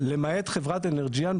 למעט חברת אנרג'יאן,